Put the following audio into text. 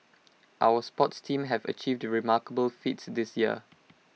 our sports teams have achieved remarkable feats this year